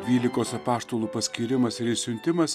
dvylikos apaštalų paskyrimas ir išsiuntimas